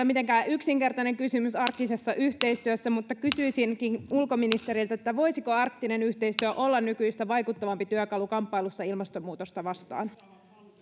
mitenkään yksinkertainen kysymys arktisessa yhteistyössä mutta kysyisinkin ulkoministeriltä voisiko arktinen yhteistyö olla nykyistä vaikuttavampi työkalu kamppailussa ilmastonmuutosta vastaan